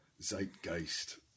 zeitgeist